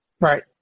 Right